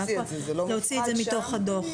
להוציא מתוך הדוח.